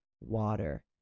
water